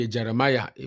Jeremiah